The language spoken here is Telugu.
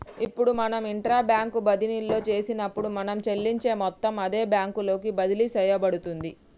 ఇప్పుడు మనం ఇంట్రా బ్యాంక్ బదిన్లో చేసినప్పుడు మనం చెల్లించే మొత్తం అదే బ్యాంకు లోకి బదిలి సేయబడుతుంది